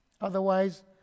Otherwise